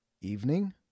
Evening